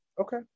Okay